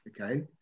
Okay